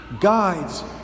guides